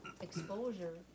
exposure